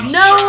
no